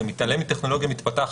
זה התעלמות מטכנולוגיה מתפתחת,